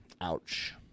Ouch